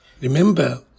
Remember